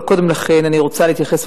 אבל קודם לכן אני רוצה להתייחס,